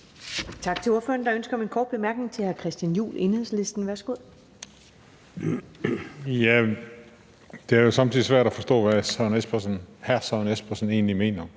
Tak til ordføreren. Der er ønske om en kort bemærkning fra hr. Christian Juhl, Enhedslisten. Værsgo. Kl. 17:26 Christian Juhl (EL): Det er jo somme tider svært at forstå, hvad hr. Søren Espersen egentlig mener.